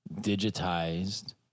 digitized